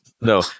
No